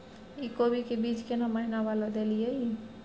इ कोबी के बीज केना महीना वाला देलियैई?